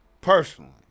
personally